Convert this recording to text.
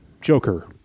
joker